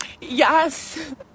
yes